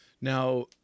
Now